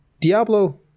Diablo